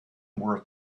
were